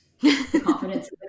confidence